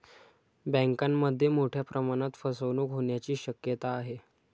बँकांमध्ये मोठ्या प्रमाणात फसवणूक होण्याची शक्यता आहे